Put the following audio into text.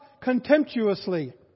contemptuously